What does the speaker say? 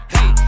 Hey